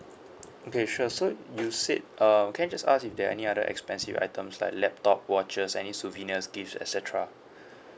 okay sure so you said um can I just ask if there are any other expensive items like laptop watches any souvenirs gifts et cetera